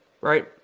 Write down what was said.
Right